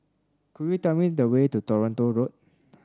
could you tell me the way to Toronto Road